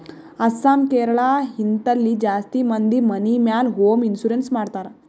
ಅಸ್ಸಾಂ, ಕೇರಳ, ಹಿಂತಲ್ಲಿ ಜಾಸ್ತಿ ಮಂದಿ ಮನಿ ಮ್ಯಾಲ ಹೋಂ ಇನ್ಸೂರೆನ್ಸ್ ಮಾಡ್ತಾರ್